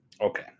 Okay